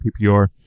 PPR